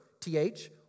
T-H